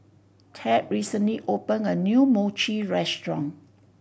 Tad recently opened a new Mochi restaurant